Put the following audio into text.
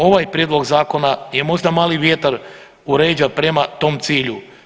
Ovaj prijedlog zakona je možda mali vjetar u leđa prema tom cilju.